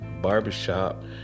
barbershop